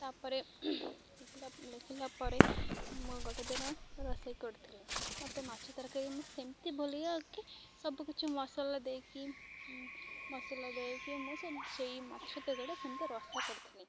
ତା'ପରେ ଲେଖିଲା ପରେ ମୁଁ ଗୋଟେ ଦିନ ରୋଷେଇ କରୁଥିଲି ମୋତେ ମାଛ ତରକାରୀ ମୁଁ ସେମିତି ସବୁକିଛି ମସଲା ଦେଇକି ମସଲା ଦେଇକି ମୁଁ ସେ ସେଇ ମାଛ ତରକାରୀଟା ସେମିତି ରଷା କରିଥିଲି